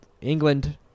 England